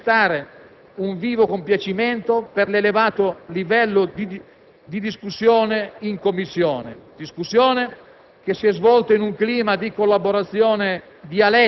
al dibattito e manifestare un vivo compiacimento per l'elevato livello di discussione in Commissione,